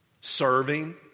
serving